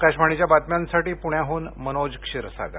आकाशवाणीच्या बातम्यांसाठी पुण्याहन मनोज क्षीरसागर